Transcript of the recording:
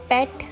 Pet